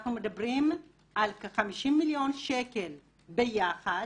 אנחנו מדברים על כ-50 מיליון שקל ביחד,